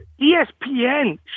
ESPN